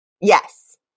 yes